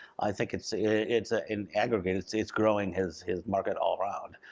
i think it's ah it's ah an aggregate, it's it's growing his his market all around.